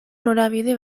norabide